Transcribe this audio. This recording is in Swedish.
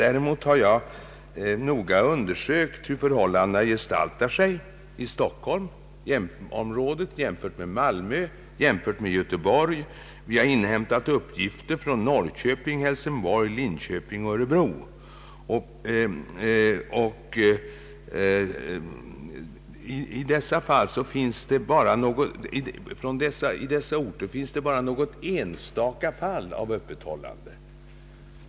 Däremot har jag noga undersökt hur förhållandena gestaltar sig i Stockholmsområdet, jämfört med Malmö och Göteborg. Vi har också inhämtat uppgifter från Norrköping, Hälsingborg, Linköping och Örebro. I dessa orter finns det bara något enstaka fall av öppethållande.